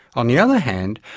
on the other hand,